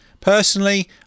Personally